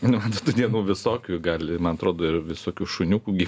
nu tų dienų visokių gali man atrodo ir visokių šuniukų gi